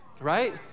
right